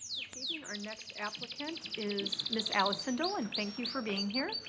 this evening our next applicant is ms. allison dolin. thank you for being here.